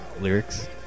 lyrics